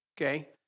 Okay